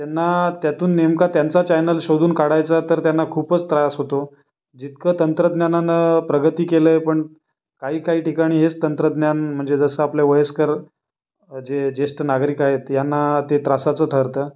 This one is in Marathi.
त्यांना त्यातून नेमका त्यांचा चॅनल शोधून काढायचा तर त्यांना खूपच त्रास होतो जितकं तंत्रज्ञानानं प्रगती केलं आहे पण काही काही ठिकाणी हेच तंत्रज्ञान म्हणजे जसं आपले वयस्कर जे ज्येष्ठ नागरिक आहेत ह्यांना ते त्रासाचं ठरतं